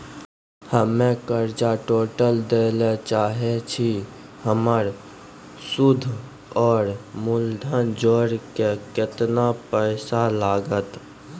हम्मे कर्जा टोटल दे ला चाहे छी हमर सुद और मूलधन जोर के केतना पैसा लागत?